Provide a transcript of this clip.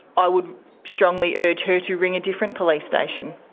i would strongly urge her to ring a different police station.